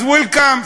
אז welcome,